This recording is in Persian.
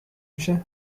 میشه